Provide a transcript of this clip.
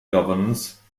governance